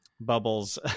Bubbles